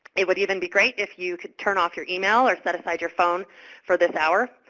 it would even be great if you could turn off your email or set aside your phone for this hour.